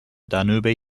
danube